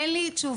אין לי תשובות,